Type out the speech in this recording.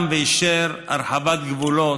לרהט ואישר הרחבת גבולות,